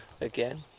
again